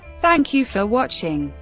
thank you for watching.